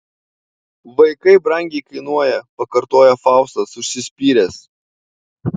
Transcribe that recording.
vaikai brangiai kainuoja pakartoja faustas užsispyręs